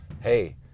hey